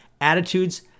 attitudes